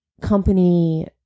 company